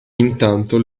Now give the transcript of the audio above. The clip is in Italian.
intanto